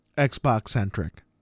Xbox-centric